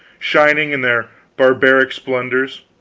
shining in their barbaric splendors,